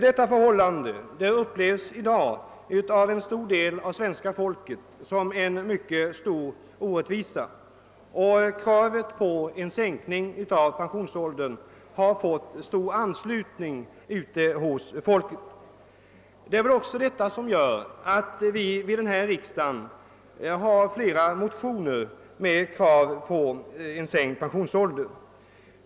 Detta förhållande upplevs i dag av en stor del av svenska folket som en orättvisa, och kravet på en sänkning av pensionsåldern har fått bred anslutning. Detta är förmodligen också anledningen till att vid denna riksdag flera motioner väckts med krav på sänkt pensionsålder.